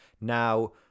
Now